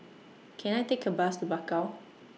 Can I Take A Bus to Bakau